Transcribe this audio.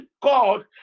God